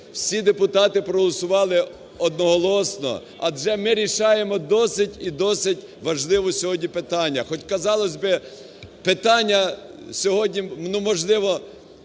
всі депутати проголосували одноголосно, адже ми вирішуємо досить і досить важливе сьогодні питання. Хоч, казалось би, питання сьогодні, можливо,